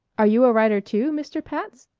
are you a writer too, mr. pats.